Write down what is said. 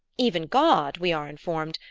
even god, we are informed,